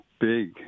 big